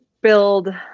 build